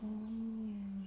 mm